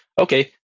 okay